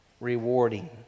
rewarding